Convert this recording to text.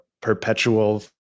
perpetual